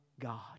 God